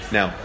Now